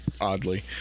oddly